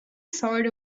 sort